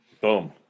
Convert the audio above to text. Boom